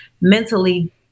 mentally